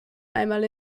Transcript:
einmal